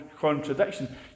contradiction